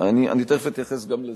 אני תיכף אתייחס לזה.